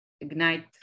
ignite